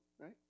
right